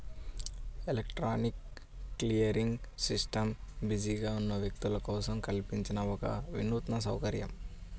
electronic clearing system బిజీగా ఉన్న వ్యక్తుల కోసం కల్పించిన ఒక వినూత్న సౌకర్యం